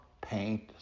paint